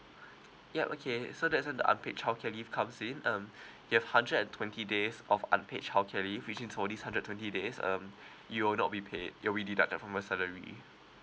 ya okay so that's when unpaid childcare leave comes in um you have hundred twenty days of unpaid childcare leave which means for this hundred twenty days um you will not be paid it'll be deducted from your salary